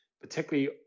particularly